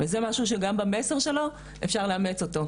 וזה משהו שגם במסר שלו אפשר לאמץ אותו,